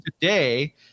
today